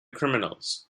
criminals